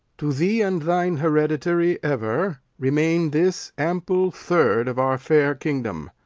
to thee and thine hereditary ever remain this ample third of our fair kingdom,